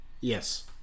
Yes